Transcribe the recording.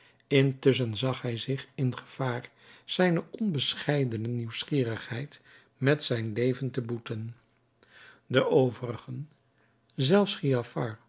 intusschen zag hij zich in gevaar zijne onbescheidene nieuwsgierigheid met zijn leven te boeten de overigen zelfs giafar